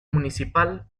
municipal